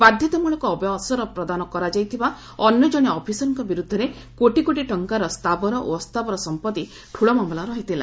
ବାଧ୍ୟତାମୂଳକ ଅବସର ପ୍ରଦାନ କରାଯାଇଥିବା ଅନ୍ୟ ଜଣେ ଅଫିସରଙ୍କ ବିରୂଦ୍ଧରେ କୋଟି କୋଟି ଟଙ୍କାର ସ୍ଥାବର ଓ ଅସ୍ଥାବର ସମ୍ପତ୍ତି ଠୂଳ ମାମଲା ରହିଥିଲା